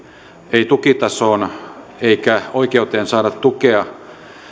ei tukitasoon eikä oikeuteen saada tukea